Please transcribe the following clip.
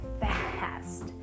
fast